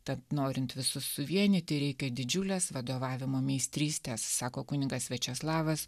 tad norint visus suvienyti reikia didžiulės vadovavimo meistrystės sako kunigas viačeslavas